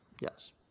Yes